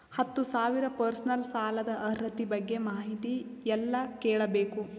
ಹತ್ತು ಸಾವಿರ ಪರ್ಸನಲ್ ಸಾಲದ ಅರ್ಹತಿ ಬಗ್ಗೆ ಮಾಹಿತಿ ಎಲ್ಲ ಕೇಳಬೇಕು?